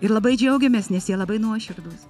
ir labai džiaugiamės nes jie labai nuoširdūs